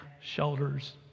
shoulders